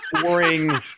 boring